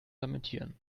lamentieren